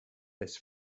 this